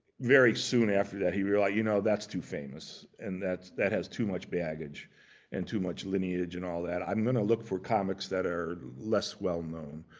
very soon after that, he realized, you know, that's too famous and that has too much baggage and too much lineage and all that. i'm going to look for comics that are less well-known,